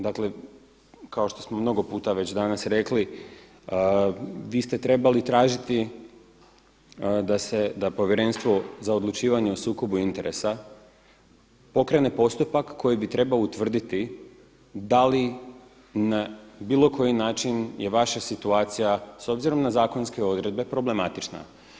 Dakle, kao što smo mnogo puta već danas rekli vi ste trebali tražiti da se, da Povjerenstvo za odlučivanje o sukobu interesa pokrene postupak koji bi trebao utvrditi da li na bilo koji način je vaša situacija s obzirom na zakonske odredbe problematična.